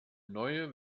neue